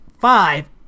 five